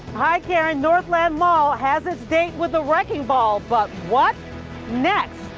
yeah and northland mall has his date with the wrecking ball, but what's next?